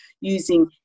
using